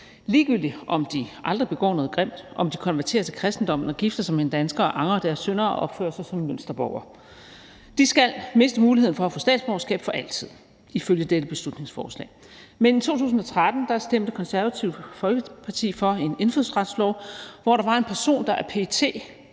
Ligegyldig om de aldrig begår noget grimt, om de konverterer til kristendommen eller gifter sig med en dansker og angrer deres synder og opfører sig som en mønsterborger, skal de miste muligheden for at få statsborgerskab for altid ifølge dette beslutningsforslag. Men i 2013 stemte Det Konservative Folkeparti for en indfødsretslov, hvor der var en person, der af PET